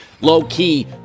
low-key